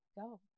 go